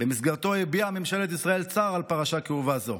שבמסגרתו הביעה ממשלת ישראל צער על פרשה כאובה זו,